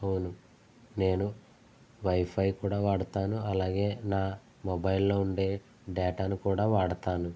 అవును నేను వైఫై కూడా వాడుతాను అలాగే నా మొబైల్లో ఉండే డేటాను కూడా వాడుతాను